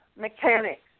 mechanics